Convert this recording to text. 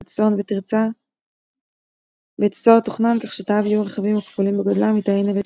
בית הסוהר תוכנן כך שתאיו יהיו רחבים וכפולים בגודלם מתאי נווה תרצה,